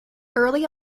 early